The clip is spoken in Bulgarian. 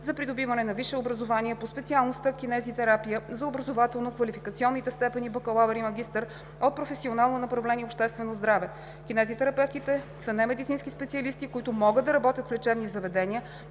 за придобиване на висше образование по специалността „Кинезитерапия“ за образователно-квалификационните степени „бакалавър“ и „магистър“ от професионално направление „Обществено здраве“ кинезитерапевтите са немедицински специалисти, които могат да работят в лечебни заведения,